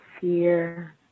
fear